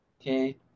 Okay